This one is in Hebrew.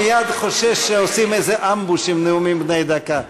אני מייד חושש שעושים איזה אמבוש עם נאומים בני דקה.